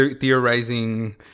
theorizing